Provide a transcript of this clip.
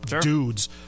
dudes